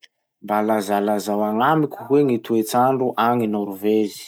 Mba lazalazao agnamiko hoe gny toetsandro agny Norvezy?